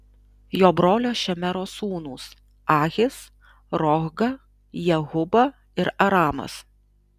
jo brolio šemero sūnūs ahis rohga jehuba ir aramas